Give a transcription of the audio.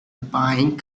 bind